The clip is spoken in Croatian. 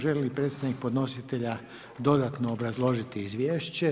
Želi li predstavnik podnositelja dodatno obrazložiti izvješće?